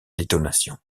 détonations